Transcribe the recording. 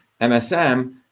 MSM